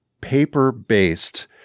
paper-based